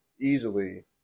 easily